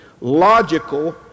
logical